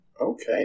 Okay